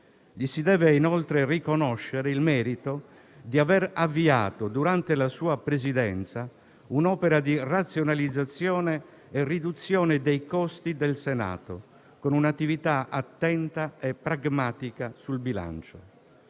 Gli si deve inoltre riconoscere il merito di aver avviato durante la sua Presidenza un'opera di razionalizzazione e riduzione dei costi del Senato, con un'attività attenta e pragmatica sul bilancio.